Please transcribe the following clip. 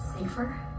Safer